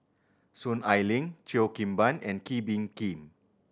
Soon Ai Ling Cheo Kim Ban and Kee Bee Khim